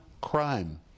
crime